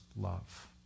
love